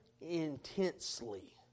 intensely